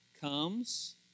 comes